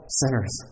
sinners